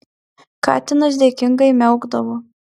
katinas dėkingai miaukdavo